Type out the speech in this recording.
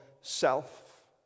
self